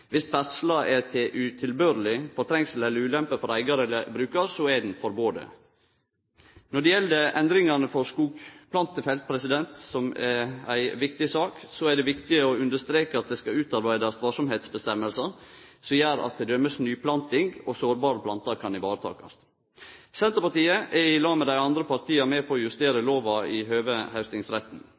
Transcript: er til utilbørleg fortrengsel eller ulempe for eigar eller brukar, så er ho forboden. Når det gjeld endringane for skogplantefelt, som er ei viktig sak, er det viktig å understreke at det skal utarbeidast «varsomhetsforskrift», som gjer at t.d. nyplanting og sårbare plantar kan varetakast. Senterpartiet er saman med dei andre partia med på å justere lova i høve haustingsretten.